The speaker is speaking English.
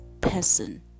person